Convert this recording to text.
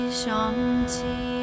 Shanti